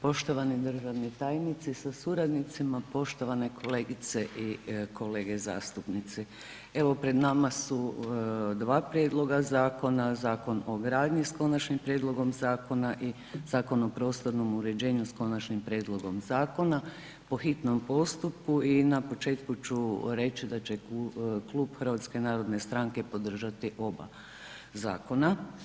Poštovani državni tajnici sa suradnicima, poštovane kolegice i kolege zastupnici, evo pred nama su dva prijedloga zakona, Zakon o gradnji s Konačnim prijedlogom zakona i Zakon o prostornom uređenju s Konačnim prijedlogom zakona, po hitnom postupku i na početku ću reći da će Klub HNS-a podržati oba zakona.